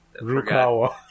Rukawa